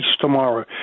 tomorrow